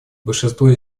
большинство